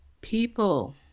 people